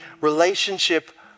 relationship